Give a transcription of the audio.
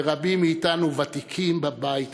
ורבים מאתנו ותיקים בבית הזה,